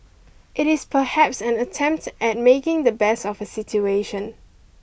it is perhaps an attempt at making the best of a situation